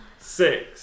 Six